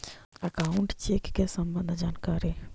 Account check के सम्बन्ध जानकारी?